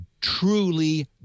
truly